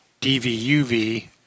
DVUV